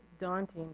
daunting